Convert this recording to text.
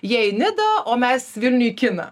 jie į nidą o mes vilniuj į kiną